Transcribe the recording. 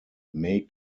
may